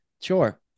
Sure